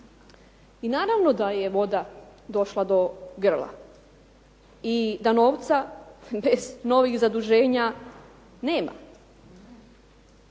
I naravno da je voda došla do grla i da novca bez novih zaduženja nema.